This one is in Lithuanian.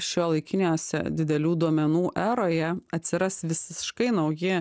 šiuolaikiniuose didelių duomenų eroje atsiras visiškai nauji